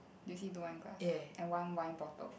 do you see two wine glass and one wine bottle